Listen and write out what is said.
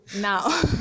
now